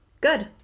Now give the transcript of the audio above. Good